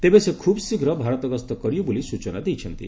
ତେବେ ସେ ଖୁବ୍ ଶୀଘ୍ର ଭାରତ ଗସ୍ତ କରିବେ ବୋଲି ସ୍ଟଚନା ଦେଇଛନ୍ତି